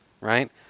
right